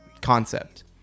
concept